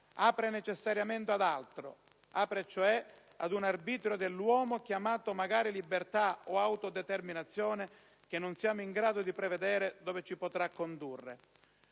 apre necessariamente ad altro, ad un arbitrio dell'uomo, chiamato magari libertà o autodeterminazione, di cui non si è in grado di prevedere dove possa condurre.